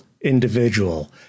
individual